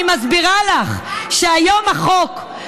אני מסבירה לך שהיום החוק,